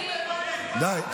די.